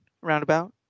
roundabout